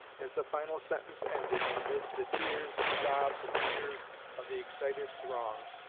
as the final sentence ended, amid the tears and sobs and cheers of the excited throng,